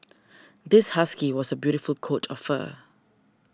this husky was a beautiful coat of fur